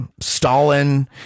Stalin